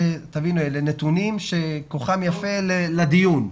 אלה נתונים שכוחם יפה לדיון.